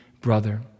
brother